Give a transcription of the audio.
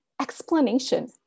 explanation